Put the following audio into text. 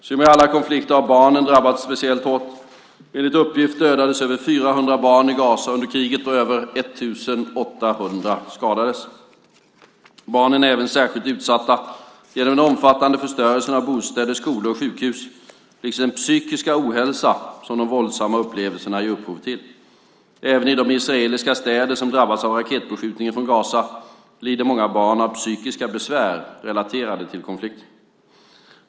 Som i alla konflikter har barnen drabbats speciellt hårt. Enligt uppgift dödades över 400 barn i Gaza under kriget och över 1 800 skadades. Barnen är även särskilt utsatta genom den omfattande förstörelsen av bostäder, skolor och sjukhus, liksom för den psykiska ohälsa som de våldsamma upplevelserna ger upphov till. Även i de israeliska städer som drabbats av raketbeskjutningen från Gaza lider många barn av psykiska besvär relaterade till konflikten.